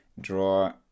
draw